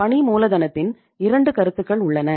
பணி மூலதனத்தின் 2 கருத்துக்கள் உள்ளன